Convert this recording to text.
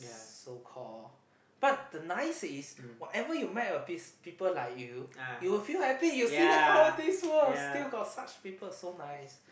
so call but the nice is whatever you met the peo~ people like you you will feel like this oh world still got such people so nice